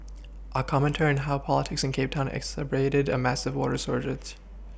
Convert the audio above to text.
a commentary on how politics in Cape town exacerbated a massive water shortage